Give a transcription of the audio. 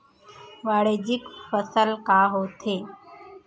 वाणिज्यिक फसल का होथे?